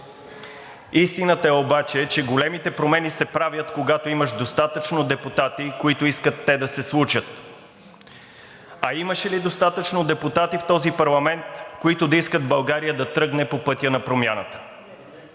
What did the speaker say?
Истината е обаче, че големите промени се правят, когато имаш достатъчно депутати, които искат те да се случат. А имаше ли достатъчно депутати в този парламент, които да искат България да тръгне по пътя на промяната?